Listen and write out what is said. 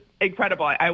incredible